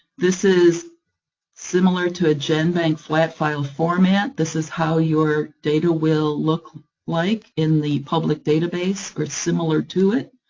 this is similar to a genbank flat file format. this is how your data will look like in the public database, or similar to it,